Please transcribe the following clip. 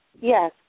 Yes